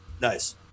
Nice